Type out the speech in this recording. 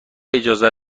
اجازه